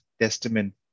testament